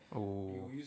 oh